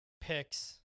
picks